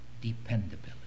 dependability